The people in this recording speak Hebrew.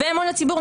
לא.